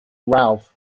ralph